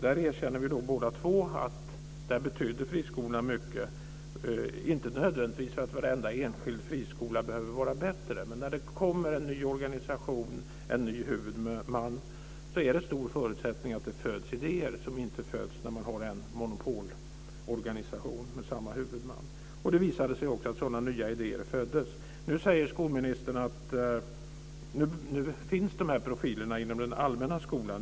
Där erkänner vi båda två att friskolorna betydde mycket - inte nödvändigtvis för att varenda enskild friskola skulle vara bättre, men när det kommer en ny organisation och en ny huvudman är förutsättningarna stora att det föds idéer som inte föds när man har en monopolorganisation med samma huvudman. Det visade sig också att sådana nya idéer föddes. Nu säger skolministern att dessa profiler nu finns inom den allmänna skolan.